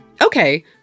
Okay